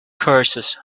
curses